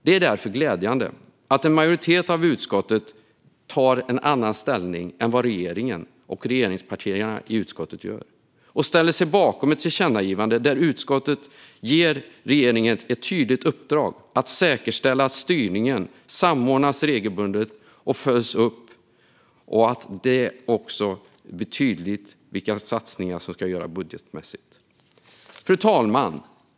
Det är därför glädjande att en majoritet i utskottet tar annan ställning än vad regeringspartierna i utskottet gör och ställer sig bakom ett tillkännagivande som ger regeringen ett tydligt uppdrag att säkerställa att styrningen regelbundet samordnas och följs upp och att det också blir tydligt vilka satsningar som ska göras budgetmässigt. Fru talman!